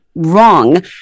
Wrong